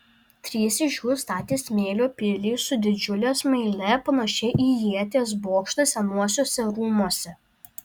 trys iš jų statė smėlio pilį su didžiule smaile panašią į ieties bokštą senuosiuose rūmuose